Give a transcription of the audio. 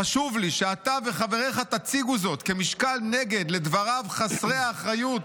חשוב לי שאתה וחבריך תציגו זאת כמשקל נגד לדבריו חסרי האחריות